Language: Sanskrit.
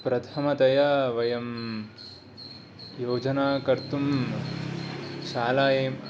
प्रथमतया वयं योजना कर्तुं शालायां